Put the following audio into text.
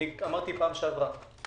אמרתי בפעם שעברה,